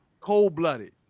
cold-blooded